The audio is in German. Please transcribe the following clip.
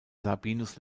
sabinus